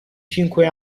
cinque